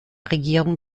regierung